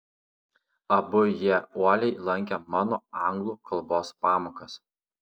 abu jie uoliai lankė mano anglų kalbos pamokas